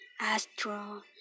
Astro